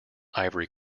ivory